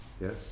yes